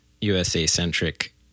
USA-centric